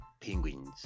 penguins